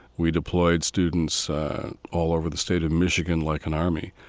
we deployed students all over the state of michigan like an army.